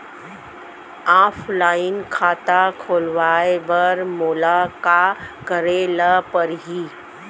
Offline खाता खोलवाय बर मोला का करे ल परही?